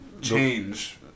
change